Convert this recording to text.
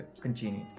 continue